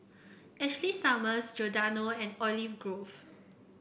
Ashley Summers Giordano and Olive Grove